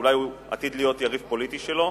שאולי הוא עתיד להיות יריב פוליטי שלו,